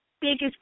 biggest